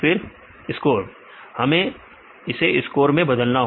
विद्यार्थी स्कोर हमें इसे स्कोर में बदलना होगा